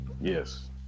Yes